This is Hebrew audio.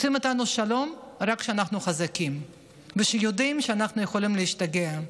רוצים איתנו שלום רק כשאנחנו חזקים וכשיודעים שאנחנו יכולים להשתגע.